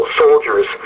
soldiers